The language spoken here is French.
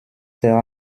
sert